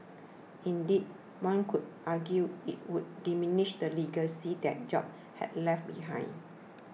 indeed one could argue it would diminish the legacy that Jobs has left behind